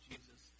Jesus